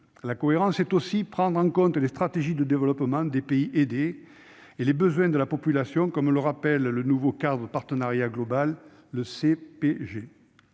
La cohérence, c'est aussi prendre en compte les stratégies de développement des pays aidés et les besoins de la population, comme le rappelle le nouveau cadre de partenariat global, le CPG.